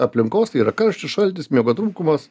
aplinkos tai yra karštis šaltis miego trūkumas